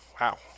Wow